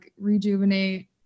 rejuvenate